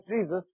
Jesus